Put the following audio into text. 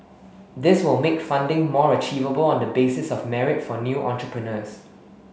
this will make funding more achievable on the basis of merit for new entrepreneurs